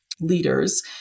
leaders